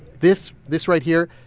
this this right here,